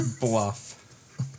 Bluff